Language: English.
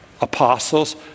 Apostles